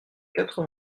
quatre